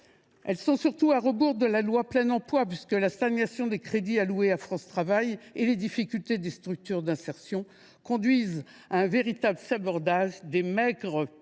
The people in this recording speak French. mesures vont surtout à rebours de la loi Plein Emploi : la stagnation des crédits alloués à France Travail et les difficultés des structures d’insertion conduisent à un véritable sabordage des maigres